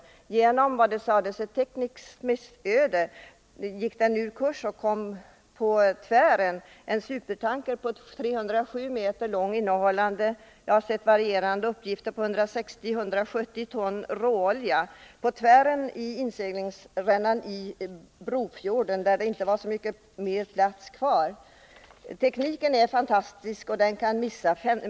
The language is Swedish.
På grund av ett, enligt vad det sades, tekniskt missöde gick tankern ur kurs och kom på tvären — en supertanker, 307 m lång, enligt varierande uppgifter innehållande 160 000-170 000 ton råolja — i inseglings rännan i Brofjorden, där det inte var mycket plats över. Tekniken är fantastisk, men den kan misslyckas.